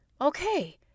okay